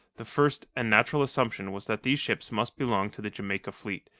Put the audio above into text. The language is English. the first and natural assumption was that these ships must belong to the jamaica fleet,